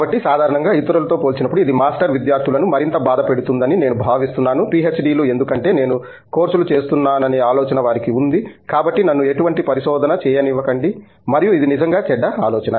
కాబట్టి సాధారణంగా ఇతరులతో పోల్చినప్పుడు ఇది మాస్టర్ విద్యార్థులను మరింత బాధపెడుతుందని నేను భావిస్తున్నాను పీహెచ్డీలు ఎందుకంటే నేను కోర్సులు చేస్తున్నాననే ఆలోచన వారికి ఉంది కాబట్టి నన్ను ఎటువంటి పరిశోధన చేయనివ్వకండి మరియు ఇది నిజంగా చెడ్డ ఆలోచన